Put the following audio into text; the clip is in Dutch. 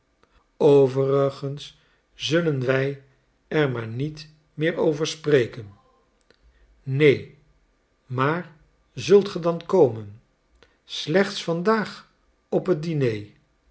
overigens zullen wij er maar niet meer over spreken neen maar zult ge dan komen slechts vandaag op het diner